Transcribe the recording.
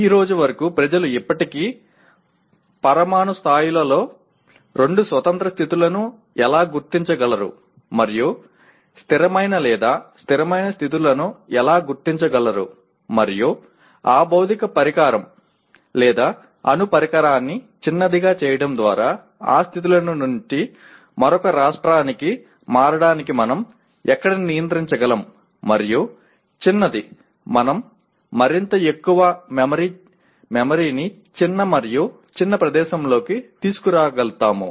ఈ రోజు వరకు ప్రజలు ఇప్పటికీ పరమాణు స్థాయిలో రెండు స్వతంత్ర స్థితులను ఎలా గుర్తించగలరు మరియు స్థిరమైన లేదా స్థిరమైన స్థితులను ఎలా గుర్తించగలరు మరియు ఆ భౌతిక పరికరం లేదా అణు పరికరాన్ని చిన్నదిగా చేయడం ద్వారా ఒక స్థితులను నుండి మరొక రాష్ట్రానికి మారడాన్ని మనం ఎక్కడ నియంత్రించగలం మరియు చిన్నది మనం మరింత ఎక్కువ మెమరీని చిన్న మరియు చిన్న ప్రదేశంలోకి తీసుకురాగలుగుతాము